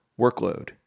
workload